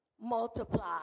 multiply